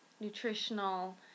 nutritional